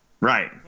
Right